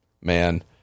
man